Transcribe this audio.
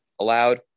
allowed